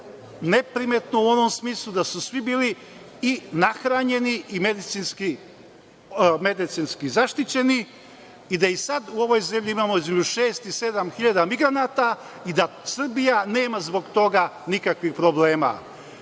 neprimetno u onom smislu da su svi bili i nahranjeni i medicinski zaštićeni i da i sad u ovoj zemlji imamo između šest i sedam hiljada migranata i da Srbija nema zbog toga nikakvih problema.